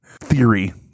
theory